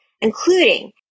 including